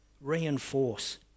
reinforce